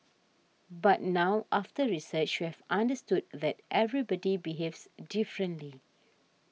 but now after research we have understood that everybody behaves differently